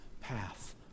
path